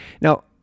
Now